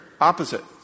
Opposite